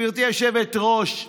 גברתי היושבת-ראש,